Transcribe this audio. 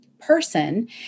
person